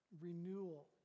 renewal